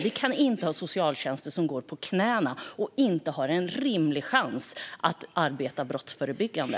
Vi kan inte ha socialtjänster som går på knäna och inte har en rimlig chans att arbeta brottsförebyggande.